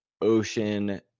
Ocean